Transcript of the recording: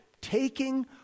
taking